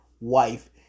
wife